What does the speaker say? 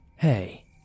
Hey